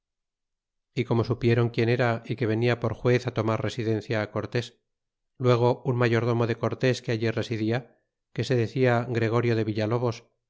y como supieron quien era y que venia por juez tomar residencia cortés luego un mayordomo de cortés que allí residia que se decia gregorio de vi